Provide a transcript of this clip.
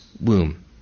womb